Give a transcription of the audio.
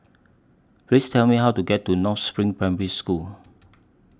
Please Tell Me How to get to North SPRING Primary School